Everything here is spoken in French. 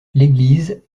l’église